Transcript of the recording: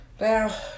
Now